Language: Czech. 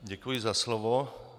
Děkuji za slovo.